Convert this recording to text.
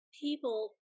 people